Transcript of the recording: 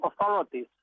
authorities